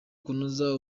kunoza